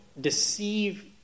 deceive